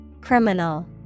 Criminal